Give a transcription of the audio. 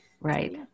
Right